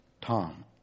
Tom